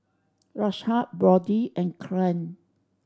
Rashad Brodie and Kylan